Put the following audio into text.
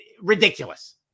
ridiculous